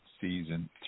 Season